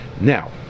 now